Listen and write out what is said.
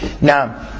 Now